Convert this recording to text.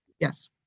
yes